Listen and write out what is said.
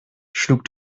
schlug